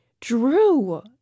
Drew